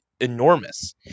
enormous